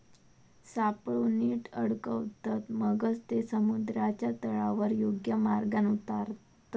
सापळो नीट अडकवतत, मगच ते समुद्राच्या तळावर योग्य मार्गान उतारतत